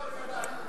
אדוני היושב-ראש,